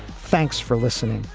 thanks for listening.